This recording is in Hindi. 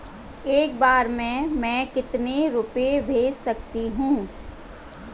एक बार में मैं कितने रुपये भेज सकती हूँ?